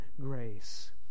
grace